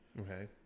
Okay